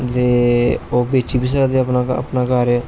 ओह् बेची बी सकदे अपना कम